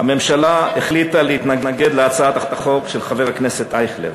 הממשלה החליטה להתנגד להצעת החוק של חבר הכנסת אייכלר.